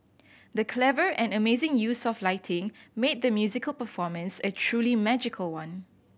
the clever and amazing use of lighting made the musical performance a truly magical one